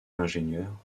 l’ingénieur